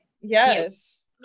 Yes